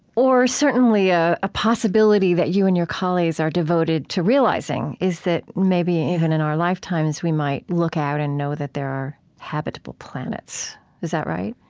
or certainly a ah possibility that you and your colleagues are devoted to realizing is that maybe even in our lifetimes we might look out and know that there are habitable planets. is that right?